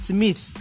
Smith